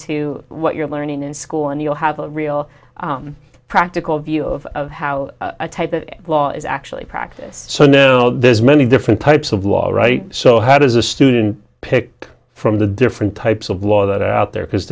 to what you're learning in school and you'll have a real practical view of how a type of law is actually practice so now there's many different types of law all right so how does a student pick up from the different types of law that are out there because